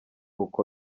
uko